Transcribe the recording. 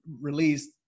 released